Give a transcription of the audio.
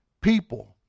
people